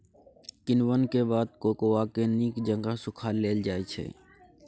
किण्वन के बाद कोकोआ के नीक जकां सुखा लेल जाइ छइ